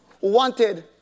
wanted